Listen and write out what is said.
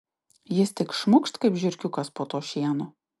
jis tik šmukšt kaip žiurkiukas po tuo šienu